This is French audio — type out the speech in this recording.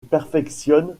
perfectionne